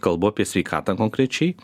kalbu apie sveikatą konkrečiai